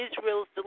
Israel's